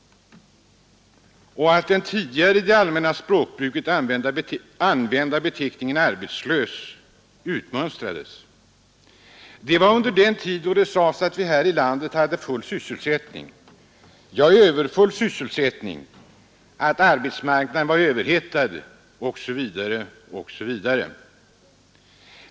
Den tidigare i det allmänna språkbruket använda beteckningen ”arbetslös” hade utmönstrats. Det var under den tid då det sades att vi här i landet hade full sysselsättning — ja, överfull sysselsättning — att arbetsmarknaden var överhettad osv.